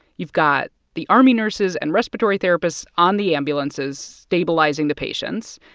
you've got the army nurses and respiratory therapists on the ambulances stabilizing the patients,